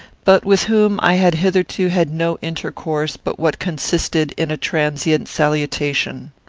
but with whom i had hitherto had no intercourse but what consisted in a transient salutation.